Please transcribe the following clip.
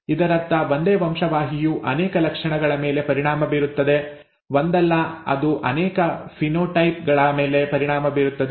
ಇದರರ್ಥ ಒಂದೇ ವಂಶವಾಹಿಯು ಅನೇಕ ಲಕ್ಷಣಗಳ ಮೇಲೆ ಪರಿಣಾಮ ಬೀರುತ್ತದೆ ಒಂದಲ್ಲ ಅದು ಅನೇಕ ಫಿನೋಟೈಪ್ ಗಳ ಮೇಲೆ ಪರಿಣಾಮ ಬೀರುತ್ತದೆ